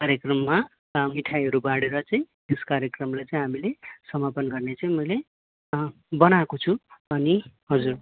कार्यक्रममा मिठाइहरू बाँडेर चाहिँ यस कार्यक्रमलाई चाहिँ हामीले समापन गर्ने चाहिँ मैले बनाएको छु अनि हजुर